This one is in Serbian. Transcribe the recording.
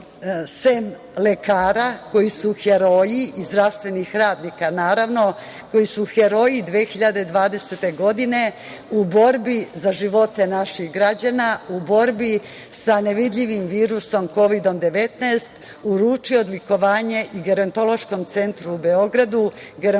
sem lekara koji su heroji i zdravstvenih radnika naravno, koji su heroji 2020. godine u borbi za živote naših građana, u borbi sa nevidljivim virusom Kovidom 19, uručio odlikovanje Gerontološkom centru u Beogradu,